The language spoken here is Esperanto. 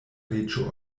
reĝo